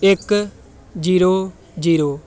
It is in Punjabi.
ਇੱਕ ਜੀਰੋ ਜੀਰੋ